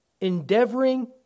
Endeavoring